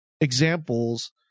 examples